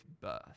birth